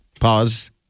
Pause